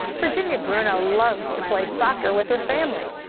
virginia bruneau loves to play soccer with her family.